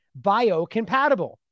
Biocompatible